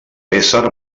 ésser